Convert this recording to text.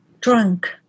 drunk